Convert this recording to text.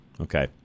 Okay